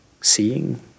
seeing